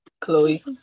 Chloe